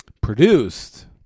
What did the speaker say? Produced